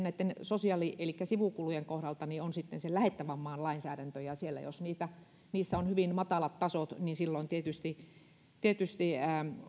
näitten sosiaali elikkä sivukulujen kohdaltahan on kyseessä lähettävän maan lainsäädäntö ja jos siellä on hyvin matalat tasot niin silloin tietysti tietysti